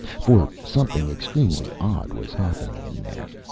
for something extremely odd was happening in there.